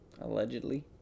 Allegedly